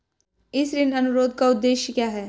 इस ऋण अनुरोध का उद्देश्य क्या है?